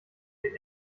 den